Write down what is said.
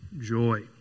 joy